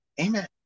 Amen